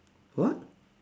what